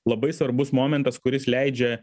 labai svarbus momentas kuris leidžia